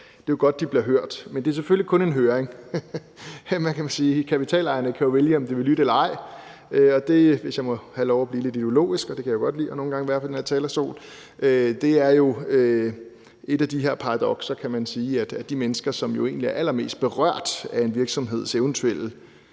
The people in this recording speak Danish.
det er godt, de bliver hørt. Men det er selvfølgelig kun en høring. Hvad kan man sige? Kapitalejerne kan jo vælge, om de vil lytte eller ej, og – hvis jeg må have lov at blive lidt ideologisk, og det kan jeg jo nogle gange godt lide at være på den her talerstol – det er et af de her paradokser, at de mennesker, som egentlig er allermest berørt af en virksomheds eventuelle